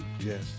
Yes